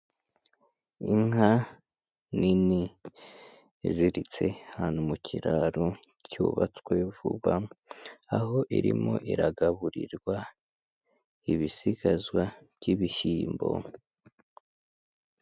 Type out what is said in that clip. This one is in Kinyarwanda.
Inka nini iziritse ahantu mu kiraro cyubatswe vuba, aho irimo iragaburirwa ibisigazwa by'ibishyimbo.